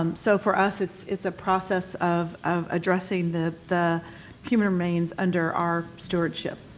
um so for us it's it's a process of of addressing the the human remains under our stewardship.